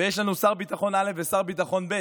יש לנו שר ביטחון א' ושר ביטחון ב',